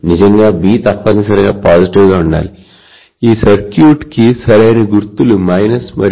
నిజానికి B తప్పనిసరిగా పాజిటివ్గా ఉండాలి ఈ సర్క్యూట్కి సరైన గుర్తులు మరియు